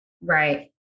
Right